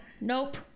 nope